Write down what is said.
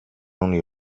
only